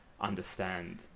understand